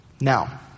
Now